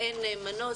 ואין מנוס,